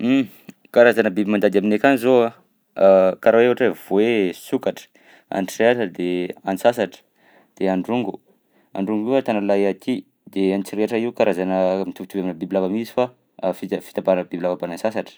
Huh! Karazana biby mandady aminay akany zao a, karaha hoe ohatra hoe voay, sokatra, antririàtra de antsasatra, de androngo, androngo io tanalahy aty, de antsiriàtra io karazana mitovitovy aminà bibilava mi izy fa fita- fitambara bibilava mbanà antsasatra.